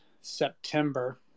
september